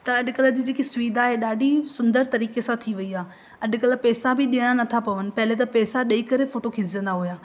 त अॼुकल्ह जी जेकी सुविधा आहे ॾाढी सुंदरु तरीक़े सां थी वई आहे अॼुकल्ह पैसा बि ॾियणा न था पवनि पहिले त पैसा ॾेई करे फोटो खिचजंदा हुया